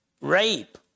rape